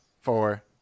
four